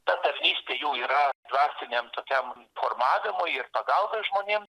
ta tarnystė jų yra dvasiniam tokiam formavimui ir pagalbai žmonėm